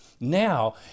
Now